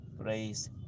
Praise